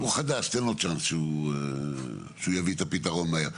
הוא חדש, תן לו צ'אנס שהוא יביא את הפתרון מהר.